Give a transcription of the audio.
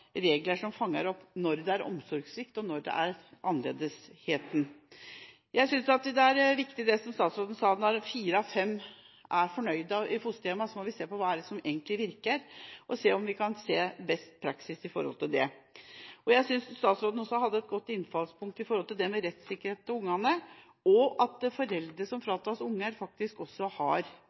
regler som fanger opp når det er omsorgssvikt, og når det er annerledeshet. Jeg synes det er viktig det som statsråden sa, at når fire av fem er fornøyd i fosterhjem, må vi se på hva som egentlig virker, og se om vi kan se beste praksis. Jeg synes statsråden også hadde et godt innfallspunkt når det gjelder rettssikkerhet for ungene, og at foreldre som fratas unger, faktisk også har